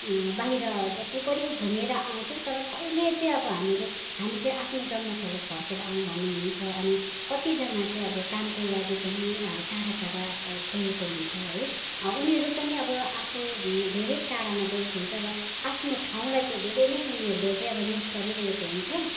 बाहिर जति पनि घुमेर आउँछौ तर कहिल्यै चाहिँ अब हामीले हामी चाहिँ आफ्नो जन्मथलो फर्केर आऊँ भन्ने हुन्छ अनि कतिजना चाहिँ अब कामको लागि पनि टाढा टाढा गएको हुन्छ है उनीहरू पनि अब आफू धेरै टाढामा गएको हुन्छ र आफ्नो ठाउँलाई चाहिँ धेरै नै उनीहरूले चाहिँ अब मिस गरिरहेको हुन्छ